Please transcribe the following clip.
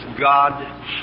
God